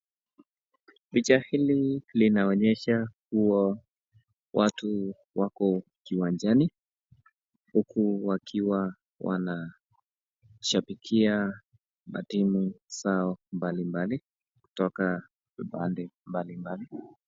Picha hili linaonyesha kuwa watu wako kiwanjani huku wakiwa wanashabikia matimu zao mbalimbali kutoka vipande mbalimballi.